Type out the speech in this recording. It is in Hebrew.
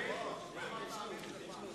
שנייה אני קורא אותך לסדר פעם ראשונה.